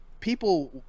People